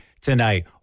tonight